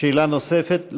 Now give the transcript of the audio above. שאלה נוספת?